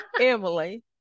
Emily